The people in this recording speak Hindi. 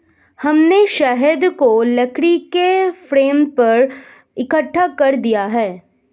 हमने शहद को लकड़ी के फ्रेम पर इकट्ठा कर दिया है